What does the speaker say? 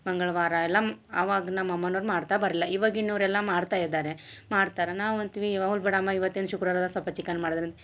ಮಂಗಳವಾರ ಎಲ್ಲಾಮ್ ಅವಾಗ ನಮ್ಮಮ್ಮನವ್ರ್ ಮಾಡ್ತಾ ಬರ್ಲ ಇವಾಗಿನೌವರೆಲ್ಲ ಮಾಡ್ತಾಯಿದ್ದಾರೆ ಮಾಡ್ತಾರ ನಾವಂತ್ವಿ ಅವರ ಬಿಡಮ್ಮ ಇವತ್ತಿನ ಶುಕ್ರವಾರಲ ಸ್ವಲ್ಪ ಚಿಕನ್ ಮಾಡದ್ರಂತ